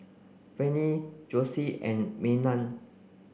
Vannie Josue and Maynard